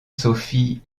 sophie